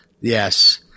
Yes